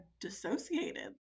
dissociated